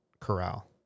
corral